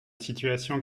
situation